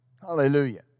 Hallelujah